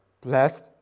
bless